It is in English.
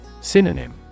Synonym